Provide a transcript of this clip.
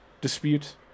dispute